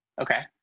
Okay